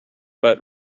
but